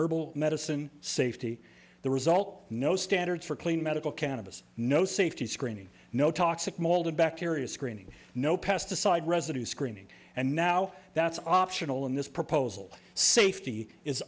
herbal medicine safety the result no standards for clean medical cannabis no safety screening no toxic mold of bacteria screening no pesticide residue screening and now that's optional in this proposal safety is